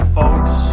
folks